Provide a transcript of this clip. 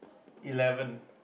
eleven